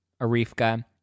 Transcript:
Arifka